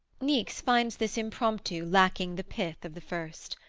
niecks finds this impromptu lacking the pith of the first.